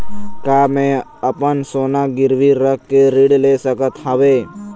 का मैं अपन सोना गिरवी रख के ऋण ले सकत हावे?